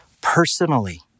personally